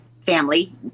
family